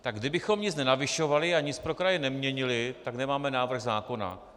Tak kdybychom nic nenavyšovali a nic pro kraje neměnili, tak nemáme návrh zákona.